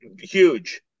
huge